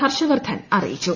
ഹർഷവർദ്ധൻ അറിയിച്ചു